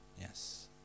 Yes